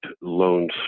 loans